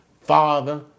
father